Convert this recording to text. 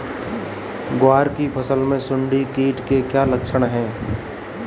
ग्वार की फसल में सुंडी कीट के क्या लक्षण है?